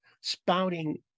spouting